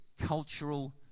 cultural